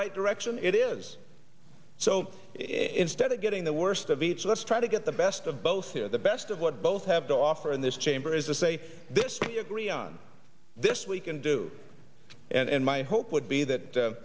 right direction it is so instead of getting the worst of each let's try to get the best of both here the best of what both have to offer in this chamber is to say this agree on this we can do and my hope would be that